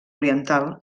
oriental